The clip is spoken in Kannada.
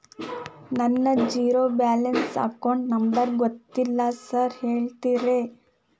ನನ್ನ ಜೇರೋ ಬ್ಯಾಲೆನ್ಸ್ ಅಕೌಂಟ್ ನಂಬರ್ ಗೊತ್ತಿಲ್ಲ ಸಾರ್ ಹೇಳ್ತೇರಿ?